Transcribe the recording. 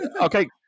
Okay